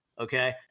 Okay